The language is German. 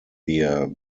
wir